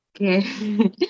Okay